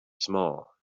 small